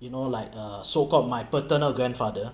you know like uh so called my paternal grandfather